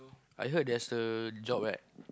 I hear there's a job web